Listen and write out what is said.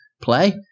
play